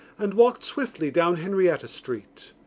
and walked swiftly down henrietta street.